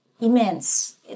immense